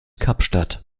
kapstadt